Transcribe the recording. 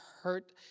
hurt